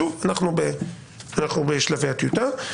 שוב, אנחנו בשלבי הטיוטה.